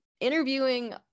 interviewing